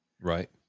Right